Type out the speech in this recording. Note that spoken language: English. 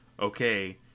Okay